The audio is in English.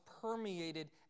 permeated